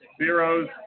zeros